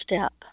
step